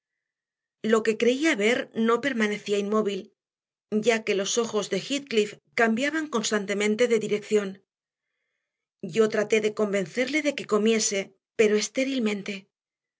lo que creía ver no permanecía inmóvil ya que los ojos de heathcliff cambiaban constantemente de dirección yo traté de convencerle de que comiese pero